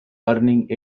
earning